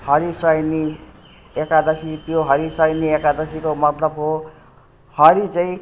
हरिशयनी एकादशी त्यो हरिशयनी एकादशीको मतलब हो हरि चाहिँ